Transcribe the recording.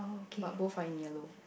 but both are in yellow